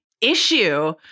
issue